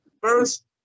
first